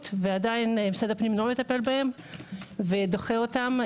ועדיין משרד הפנים לא מטפל בהם ודוחה אותם.